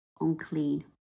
unclean